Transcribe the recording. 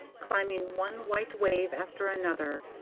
climbing one white wave after another,